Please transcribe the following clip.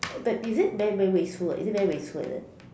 but is it very very wasteful or is it very wasteful like that